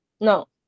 No